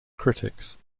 critics